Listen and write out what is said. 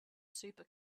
super